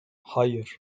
hayır